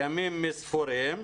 ספורים,